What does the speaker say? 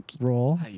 roll